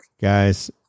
guys